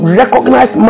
recognize